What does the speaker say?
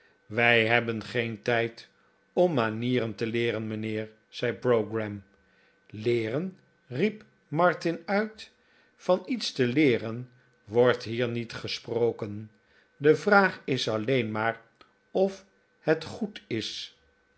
wij hebben geen tijd om manieren te leeren mijnheer zei pogram leeren riep martin uit van iets te leeren wordt hier niet gesproken de vraag is alleen maar of het goed is